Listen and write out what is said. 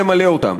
למלא את מקומם.